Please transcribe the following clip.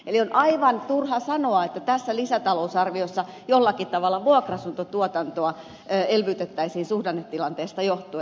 eli on aivan turhaa sanoa että tässä lisätalousarviossa jollakin tavalla vuokra asuntotuotantoa elvytettäisiin suhdannetilanteesta johtuen